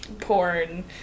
porn